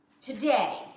today